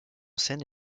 scène